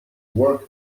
work